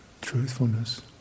truthfulness